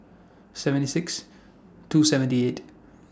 seven six two seventy eight